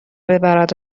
ببرد